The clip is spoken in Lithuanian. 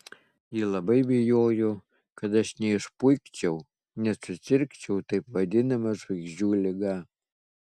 ji labai bijojo kad aš neišpuikčiau nesusirgčiau taip vadinama žvaigždžių liga